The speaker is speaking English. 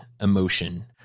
emotion